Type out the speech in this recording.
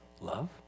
love